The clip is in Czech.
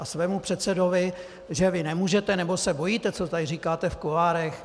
A svému předsedovi že vy nemůžete, nebo se bojíte co tady říkáte v kuloárech...